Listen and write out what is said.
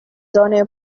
zone